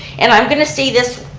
and i'm going to say this,